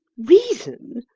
reason!